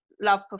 love